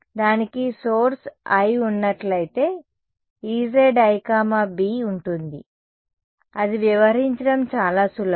దానికి source I ఉన్నట్లయితే Ez iB ఉంటుంది అది వ్యవహరించడం చాలా సులభం